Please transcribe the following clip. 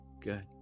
good